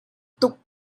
tuk